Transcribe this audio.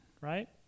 right